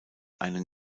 einen